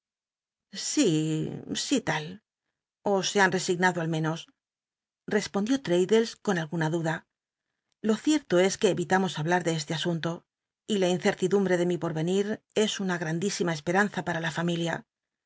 si tal ó e h an resign dl rl meno rcspondio traddles con alguna duda ln cierto es que evi tamos h rhlm de este asunto y la inccrtidumble de mi porrenir es una grmrtlisima cspc anza para l familia